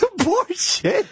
abortion